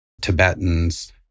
Tibetans